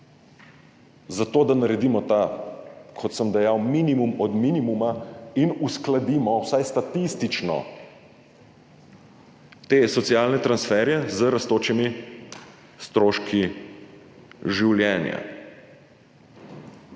za to, da naredimo ta, kot sem dejal, minimum od minimuma in uskladimo vsaj statistično te socialne transferje z rastočimi stroški življenja.